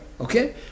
Okay